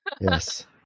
yes